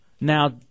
Now